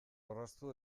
orraztu